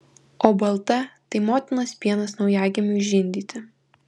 o balta tai motinos pienas naujagimiui žindyti